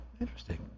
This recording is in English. interesting